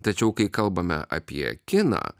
tačiau kai kalbame apie kiną